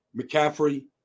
McCaffrey